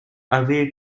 avait